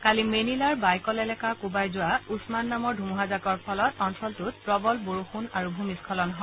কালি মেনিলাৰ বাইকল এলেকা কোবাই যোৱা উছমান নামৰ ধুমুহাজাকৰ ফলত অঞ্চলটোত প্ৰবল বৰযুণ আৰু ভূমিশ্বলন হয়